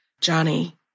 Johnny